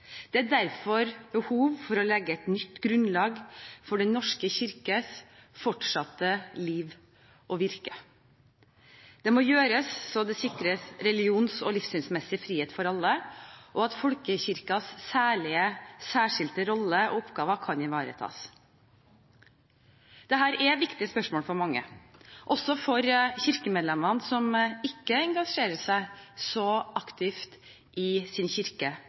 Det er derfor behov for å legge et nytt grunnlag for Den norske kirkes fortsatte liv og virke. Det må gjøres så det sikrer religions- og livssynsmessig frihet for alle, og at folkekirkens særskilte rolle og oppgaver kan ivaretas. Dette er viktige spørsmål for mange, også for kirkemedlemmene som ikke engasjerer seg så aktivt i sin kirke,